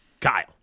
Kyle